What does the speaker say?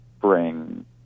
bring